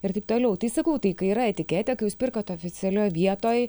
ir taip toliau tai sakau tai kai yra etiketė kai jūs pirkot oficialioj vietoj